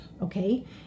Okay